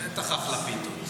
בטח אחלה פיתות.